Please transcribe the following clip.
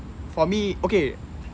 for me okay